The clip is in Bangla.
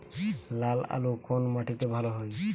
লাল আলু কোন মাটিতে ভালো হয়?